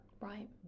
Right